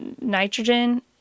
nitrogen